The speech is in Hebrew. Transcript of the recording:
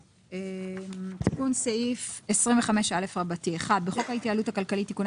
תיקון סעיף 25א.1.בחוק ההתייעלות הכלכלית (תיקוני